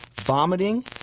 vomiting